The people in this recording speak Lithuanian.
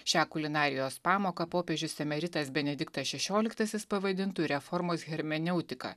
šią kulinarijos pamoką popiežius emeritas benediktas šešioliktasis pavadintų reformos hermeneutika